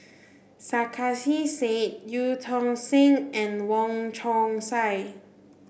Sarkasi Said Eu Tong Sen and Wong Chong Sai